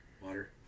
Water